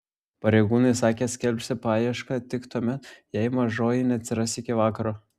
pareigūnai sakė skelbsią paiešką tik tuomet jei mažoji neatsiras iki vakaro